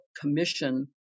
commission